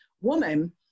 woman